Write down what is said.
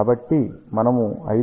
కాబట్టి మనము 5